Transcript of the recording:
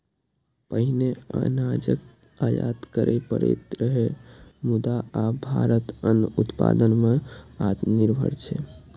पहिने अनाजक आयात करय पड़ैत रहै, मुदा आब भारत अन्न उत्पादन मे आत्मनिर्भर छै